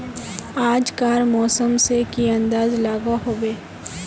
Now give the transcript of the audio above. आज कार मौसम से की अंदाज लागोहो होबे?